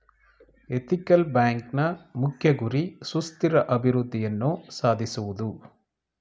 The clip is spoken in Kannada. ಎಥಿಕಲ್ ಬ್ಯಾಂಕ್ನ ಮುಖ್ಯ ಗುರಿ ಸುಸ್ಥಿರ ಅಭಿವೃದ್ಧಿಯನ್ನು ಸಾಧಿಸುವುದು